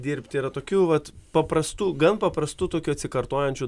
dirbti yra tokių vat paprastų gan paprastų tokių atsikartojančių